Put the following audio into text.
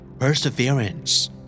Perseverance